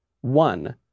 one